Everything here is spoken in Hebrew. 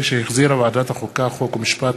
ותעבור לדיון בוועדת החינוך והתרבות.